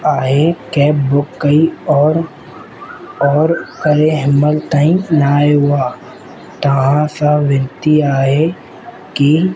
आहे cab book कई और और हे हिनमहिल ताईं न आयो आहे तव्हां सां विनती आहे कि